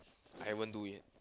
I won't do it